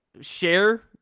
share